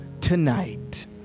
tonight